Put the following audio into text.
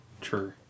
True